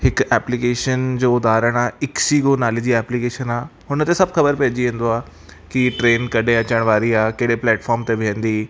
हिक एप्लीकेशन जो उधारण आहे इक्सिको नाले जी एप्लीकेशन आहे उन ते सभु ख़बर पइजी वेंदो आहे कि ट्रेन कॾहिं अचण वारी आहे कहिड़े प्लेटफॉर्म ते वेहंदी